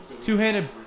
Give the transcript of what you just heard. Two-handed